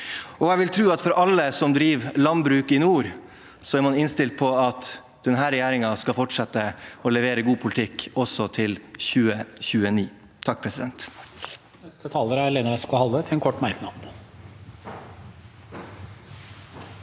Jeg vil tro at alle som driver landbruk i nord, er innstilt på at denne regjeringen skal fortsette å levere god politikk også til 2029. Presidenten